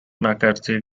mccarthy